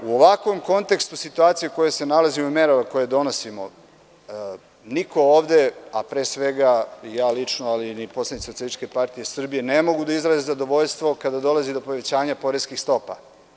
U ovakvom kontekstu situacija u kojoj se nalazi i merama koje donosimo niko ovde, a pre svega, ja lično, ali ni poslanici Socijalističke partije Srbije ne mogu da izraze zadovoljstvo kada dolazi do povećanje poreskih stopa.